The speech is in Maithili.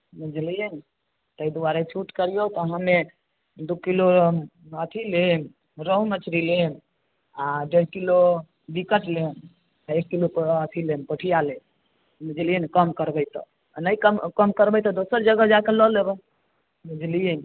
बुझलियै ताहि दुआरे छूट करियौ तखने दू किलो हम अथी लेब रहु मछली लेब आ डेढ़ किलो विकेट लेब एक किलो प अथी लेब पोठिया लेब बुझलियै ने कम करबै तब आ नहि कम करबै तऽ दोसर जगह जा कऽ लऽ लेबै बुझलियै